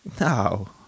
No